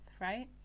right